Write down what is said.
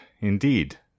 Indeed